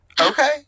Okay